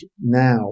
now